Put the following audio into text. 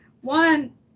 one